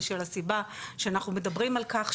בשל הסיבה שאנחנו מדברים על כך,